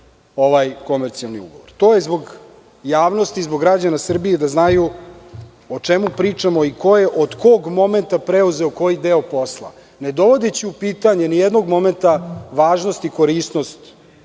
ovaj komercijalni ugovor. To je zbog javnosti i zbog građana Srbije, da znaju o čemu pričamo i ko je od kog momenta preuzeo koji deo posla, ne dovodeći u pitanje ni jednog momenta važnost i korisnost